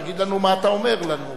תגיד לנו מה אתה אומר לנו.